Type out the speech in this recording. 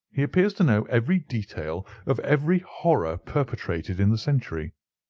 he appears to know every detail of every horror perpetrated in the century.